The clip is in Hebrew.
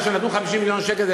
כאשר נתנו 50 מיליון שקל,